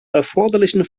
erforderlichen